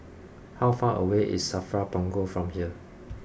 how far away is Safra Punggol from here